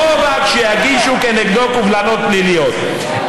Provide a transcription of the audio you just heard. לא רק שיגישו כנגדם קובלנות פליליות,